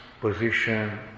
position